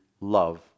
love